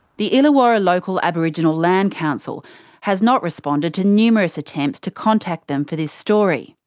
the illawarra local aboriginal land council has not responded to numerous attempts to contact them for this story.